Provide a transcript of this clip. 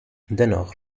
dennoch